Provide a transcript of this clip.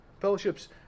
Fellowships